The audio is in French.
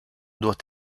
doit